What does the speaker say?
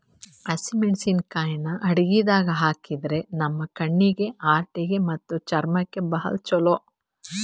ಹಸಿಮೆಣಸಿಕಾಯಿ ಅಡಗಿದಾಗ್ ಹಾಕಿದ್ರ ನಮ್ ಕಣ್ಣೀಗಿ, ಹಾರ್ಟಿಗಿ ಮತ್ತ್ ಚರ್ಮಕ್ಕ್ ಭಾಳ್ ಛಲೋ